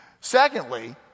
Secondly